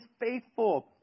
faithful